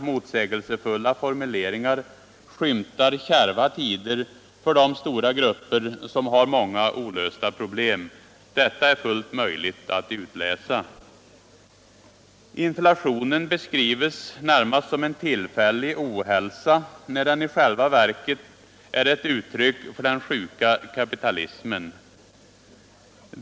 motsägelsefulla formuleringar skymtar kärva tider för de stora grupper som har många olösta problem. Detta är det fullt möjligt all utläsa. Inflationen beskrivs närmast som en tullfällig ohälsa, när den i själva verket är eu uuryck för den sjuka kapitalismen.